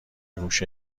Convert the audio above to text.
گوشه